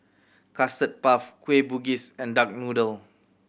Custard Puff Kueh Bugis and duck noodle